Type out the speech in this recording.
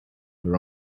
her